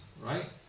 right